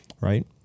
right